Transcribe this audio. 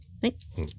Thanks